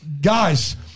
Guys